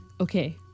Okay